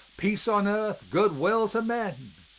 peace on earth, good will to men,